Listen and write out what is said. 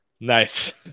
Nice